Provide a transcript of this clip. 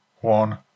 one